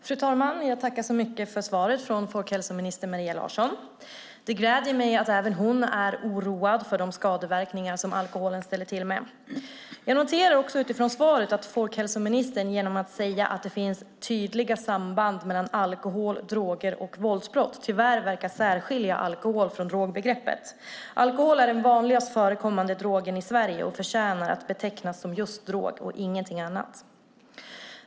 Fru talman! Jag tackar för svaret från folkhälsominister Maria Larsson. Det gläder mig att även hon är oroad över de skadeverkningar som alkoholen ställer till med. Jag noterar också i svaret att folkhälsoministern genom att säga att det finns tydliga samband mellan alkohol, droger och våldsbrott tyvärr verkar särskilja alkohol från drogbegreppet. Alkohol är den vanligast förekommande drogen i Sverige och ska därför betecknas som drog och inget annat.